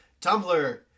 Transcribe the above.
Tumblr